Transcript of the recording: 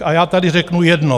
A já tady řeknu jedno.